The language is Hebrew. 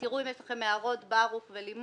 ותראו אם יש לכם הערות, ברוך ולימור.